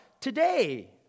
today